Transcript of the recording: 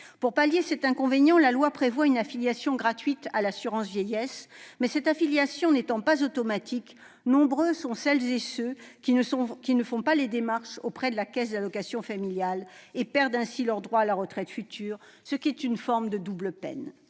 Pour pallier cet inconvénient, la loi prévoit une affiliation gratuite à l'assurance vieillesse. Cette affiliation n'étant toutefois pas automatique, nombreux sont ceux qui n'entreprennent pas les démarches auprès de la caisse d'allocations familiales et qui perdent ainsi leurs droits à la retraite future, ce qui est une forme de double peine.